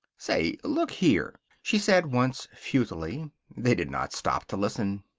say, look here! she said once futilely. they did not stop to listen.